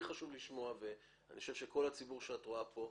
לי חשוב לשמוע ואני חושב שלכל הציבור שאת רואה פה,